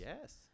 Yes